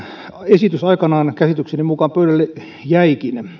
esitys aikanaan käsitykseni mukaan pöydälle jäikin